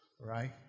right